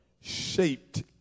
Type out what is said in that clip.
shaped